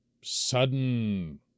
sudden